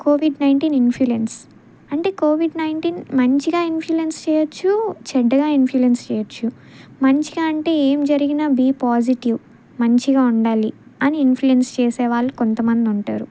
Covid nineteen influence అంటే covid nineteen మంచిగా influence చేయవచ్చు చెడ్డగా ఇన్ఫ్లుయెన్స్ చేయవచ్చు మంచిగా అంటే ఏమి జరిగినా బి పాజిటివ్ మంచిగా ఉండాలి అని ఇన్ఫ్లుయెన్స్ చేసే వాళ్ళు కొంతమంది ఉంటారు